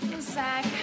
Zach